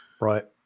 Right